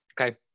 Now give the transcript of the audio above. Okay